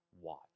Watch